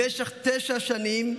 במשך תשע שנים